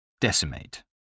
Decimate